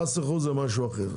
מס רכוש זה משהו אחר.